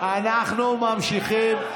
אנחנו ממשיכים.